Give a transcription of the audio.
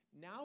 Now